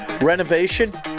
renovation